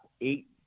eight